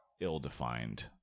ill-defined